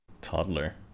toddler